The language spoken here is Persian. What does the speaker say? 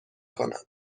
کنم